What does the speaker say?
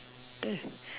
eh